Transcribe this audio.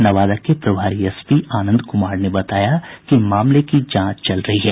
नवादा के प्रभारी एसपी आनंद कुमार ने बताया कि मामले की जांच चल रही है